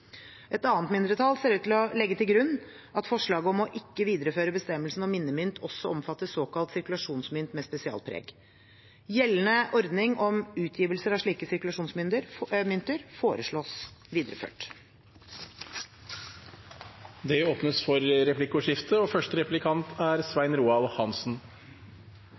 Et annet mindretall ser ut til å legge til grunn at forslaget om ikke å videreføre bestemmelsen om minnemynt også omfatter såkalt sirkulasjonsmynt med spesialpreg. Gjeldende ordning om utgivelser av slike sirkulasjonsmynter foreslås videreført. Det blir replikkordskifte. Det gjelder spørsmålet om åremål eller ikke for